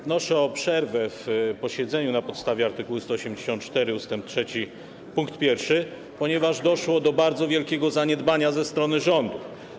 Wnoszę o przerwę w posiedzeniu na podstawie art. 184 ust. 3 pkt 1, ponieważ doszło do bardzo wielkiego zaniedbania ze strony rządu.